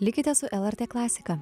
likite su lrt klasika